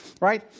Right